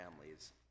families